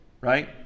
right